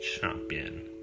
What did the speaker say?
champion